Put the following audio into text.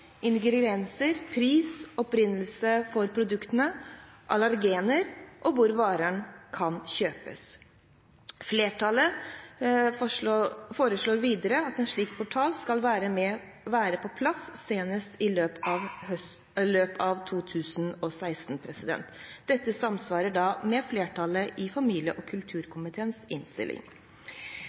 pris, opprinnelse for produktet, allergener og hvor varen kan kjøpes. Flertallet foreslår videre at en slik portal skal være på plass senest i løpet av 2016. Dette samsvarer med flertallet i familie- og kulturkomiteens innstilling.